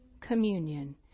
communion